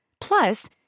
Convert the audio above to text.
Plus